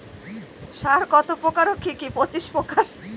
সার কত প্রকার ও কি কি?